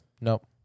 Nope